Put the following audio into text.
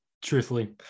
Truthfully